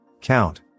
count